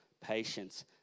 patience